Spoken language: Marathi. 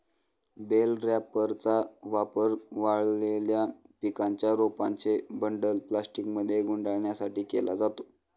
बेल रॅपरचा वापर वाळलेल्या पिकांच्या रोपांचे बंडल प्लास्टिकमध्ये गुंडाळण्यासाठी केला जातो